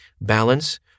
balance